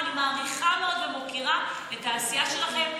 אני מעריכה מאוד ומוקירה את העשייה שלכם.